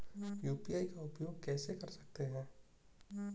UPI का उपयोग कैसे कर सकते हैं?